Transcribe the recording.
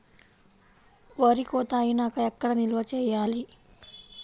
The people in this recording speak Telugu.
వరి కోత అయినాక ఎక్కడ నిల్వ చేయాలి?